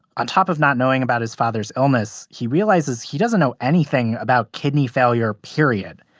on top of not knowing about his father's illness, he realizes he doesn't know anything about kidney failure, period.